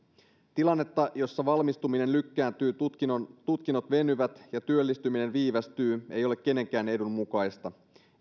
tilanne jossa valmistuminen lykkääntyy tutkinnot venyvät ja työllistyminen viivästyy ei ole kenenkään edun mukaista